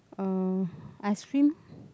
uh ice cream